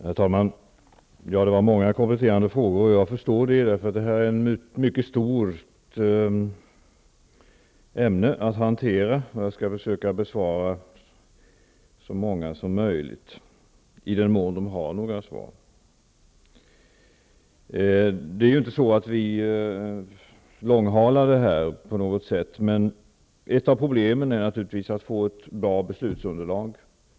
Herr talman! Det var många kompletterande frågor. Jag har förståelse för det, eftersom detta är ett mycket stort ämne att hantera. Jag skall försöka att besvara så många frågor som möjligt, i den mån det finns några svar. Vi långhalar inte den här frågan på något sätt, men ett av problemen är ju att få fram ett så bra beslutsunderlag som möjligt.